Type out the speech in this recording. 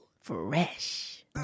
Fresh